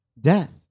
death